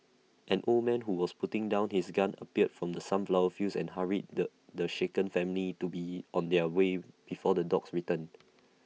an old man who was putting down his gun appeared from the sunflower fields and hurried the the shaken family to be on their way before the dogs return